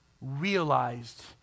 realized